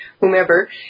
whomever